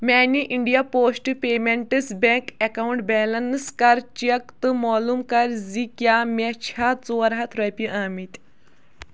میٛانہِ India post payments bank account balance کَر check تہٕ معلوٗم کَر زِ کیٛاہ مےٚ چھا ژور ہَتھ رۄپیہِ آمٕتۍ